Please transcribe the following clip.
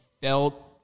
felt –